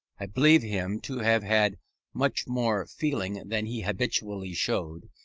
i believe him to have had much more feeling than he habitually showed,